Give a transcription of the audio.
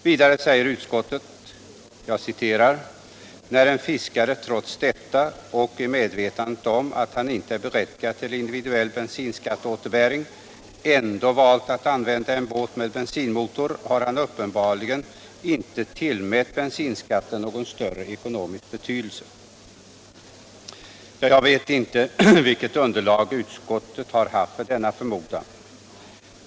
Vidare säger utskottet: ”När en fiskare trots detta och i medvetande om att han inte är berättigad till individuell bensinskatteåterbäring ändå valt att använda en båt med bensinmotor har han uppenbarligen inte tillmätt bensinskatten någon större ekonomisk betydelse.” Jag vet inte vilket underlag utskottet har haft för denna förmodan.